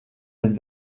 den